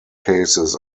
cases